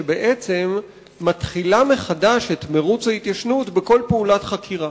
שבעצם מתחילה מחדש את מירוץ ההתיישנות בכל פעולת חקירה.